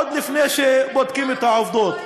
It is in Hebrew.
עוד לפני שבודקים את העובדות.